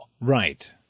Right